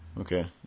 Okay